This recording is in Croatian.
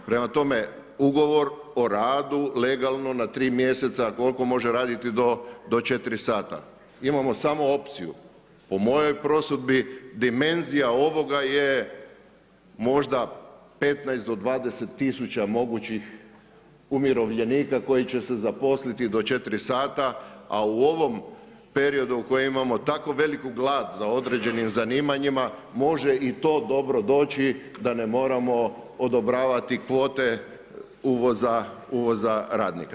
Prema tome Ugovor o radu legalno, na tri mjeseca, koliko može raditi do 4 sata, imamo samo opciju, po mojoj prosudbi, dimenzija ovoga je možda 15-20 tisuća mogućih umirovljenika koji će se zaposliti do 4 sata a u ovom periodu kojem imamo tako veliku glad za određenim zanimanjima, može i to dobro doći da ne moramo odobravati kvote uvoza radnika.